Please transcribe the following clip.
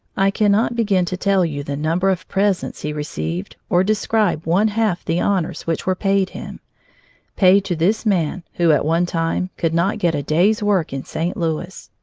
i cannot begin to tell you the number of presents he received or describe one half the honors which were paid him paid to this man who, at one time, could not get a day's work in st. louis.